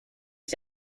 ich